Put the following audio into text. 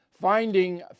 Finding